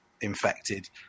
infected